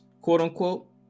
quote-unquote